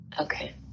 Okay